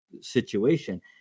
situation